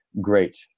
great